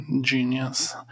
Genius